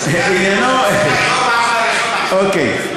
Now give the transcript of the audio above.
אוקיי,